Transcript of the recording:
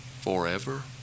forever